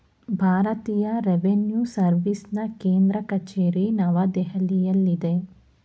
ಭಾರತೀಯ ರೆವಿನ್ಯೂ ಸರ್ವಿಸ್ನ ಕೇಂದ್ರ ಕಚೇರಿ ನವದೆಹಲಿಯಲ್ಲಿದೆ